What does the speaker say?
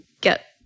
get